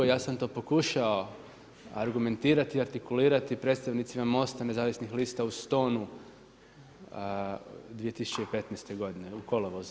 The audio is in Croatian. Ja sam to pokušao argumentirati, artikulirati predstavnicima MOST-a nezavisnih lista u Stonu 2015. godine u kolovozu.